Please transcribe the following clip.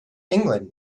england